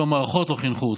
אם המערכות לא חינכו אותך,